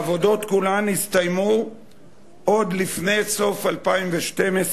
העבודות כולן יסתיימו עוד לפני סוף 2012,